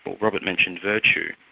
but robert mentioned, virtue.